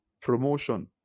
promotion